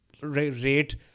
rate